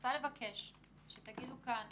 רוצה לבקש שתגידו כאן